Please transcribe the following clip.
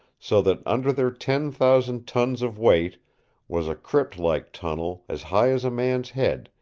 so that under their ten thousand tons of weight was a crypt-like tunnel as high as a man's head,